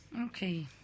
Okay